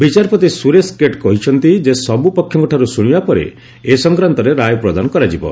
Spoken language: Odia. ବିଚାରପତି ସୁରେଶ କେଟ୍ କହିଛନ୍ତି ଯେ ସବୁ ପକ୍ଷଙ୍କଠାରୁ ଶୁଶିବା ପରେ ଏ ସଂକ୍ରାନ୍ତରେ ରାୟ ପ୍ରଦାନ କରାଯିବ